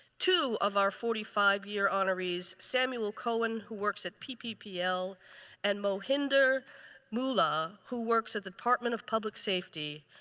two of our forty five year honorees, samuel cohen who works at pppl and mohinder mula who works at the department of public safety,